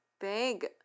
big